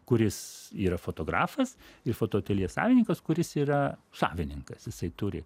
kuris yra fotografas ir fotoateljė savininkas kuris yra savininkas jisai turi